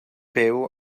byw